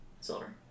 Silver